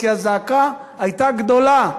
כי הזעקה היתה גדולה.